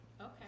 Okay